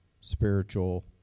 spiritual